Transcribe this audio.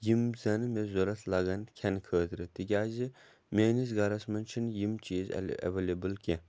یِم زَن مےٚ ضوٚرَتھ لَگَن کھٮ۪نہٕ خٲطرٕ تِکیٛازِ میٛٲنِس گَرَس منٛز چھِنہٕ یِم چیٖز اٮ۪وٮ۪لیبٕل کیٚنٛہہ